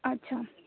अच्छा